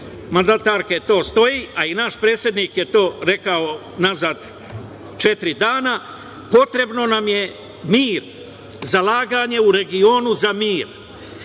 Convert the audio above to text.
mandatarke to stoji, a i naš predsednik je to rekao pre četiri dana, potreban nam je mir, zalaganje u regionu za mir,